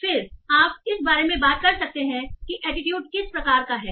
फिर आप इस बारे में बात कर सकते हैं कि एटीट्यूड किस प्रकार का है